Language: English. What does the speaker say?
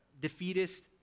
defeatist